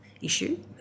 issue